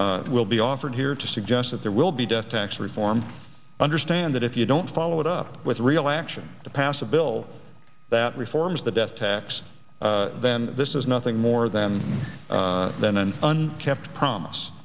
will be offered here to suggest that there will be death tax reform understand that if you don't follow it up with real action to pass a bill that reforms the death tax then this is nothing more than than an un kept promise